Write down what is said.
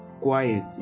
quiet